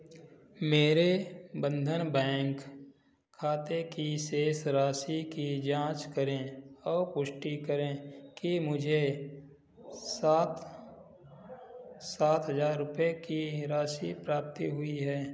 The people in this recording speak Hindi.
मेरे बंधन बैंक खाते की शेष राशि की जाँच करें औ पुष्टि करें कि मुझे सात सात हज़ार रुपये की राशि प्राप्ति हुई है